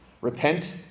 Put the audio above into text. Repent